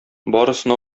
барысына